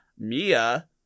Mia –